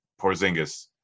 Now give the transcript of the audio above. Porzingis –